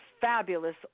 fabulous